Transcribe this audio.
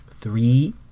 three